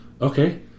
Okay